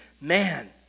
Man